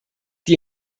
die